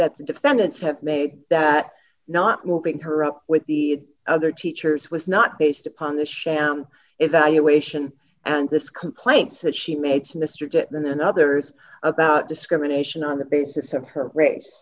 that the defendants have made that not moving her up with the other teachers was not based upon the sham evaluation and this complaints that she made to mr dyckman and others about discrimination on the basis of her race